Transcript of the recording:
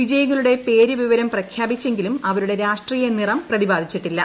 വിജയികളുടെ പേരു വിവരം പ്രഖ്യാപിച്ചെങ്കിലും അവരുടെ രാഷ്ട്രീയ നിറം പ്രതിപാദിച്ചിട്ടില്ല